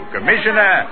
Commissioner